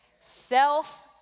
self